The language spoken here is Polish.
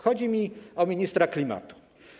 Chodzi mi o ministra klimatu.